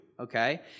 okay